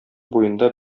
буенда